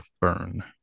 burn